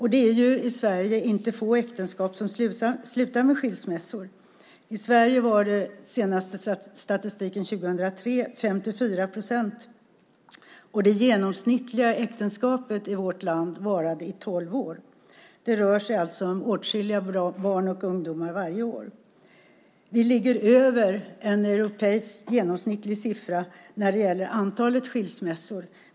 I Sverige är det inte få äktenskap som slutar med skilsmässa - enligt den senaste statistiken, år 2003, 54 procent. Det genomsnittliga äktenskapet i vårt land varade i tolv år. Det rör sig alltså i sammanhanget om åtskilliga barn och ungdomar varje år. Siffran för Sverige ligger över den genomsnittliga europeiska siffran när det gäller antalet skilsmässor.